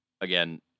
Again